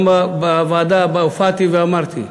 גם בוועדה הופעתי ואמרתי.